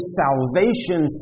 salvation